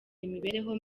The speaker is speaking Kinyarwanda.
imibereho